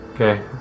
Okay